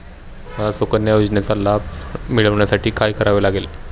मला सुकन्या योजनेचा लाभ मिळवण्यासाठी काय करावे लागेल?